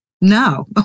No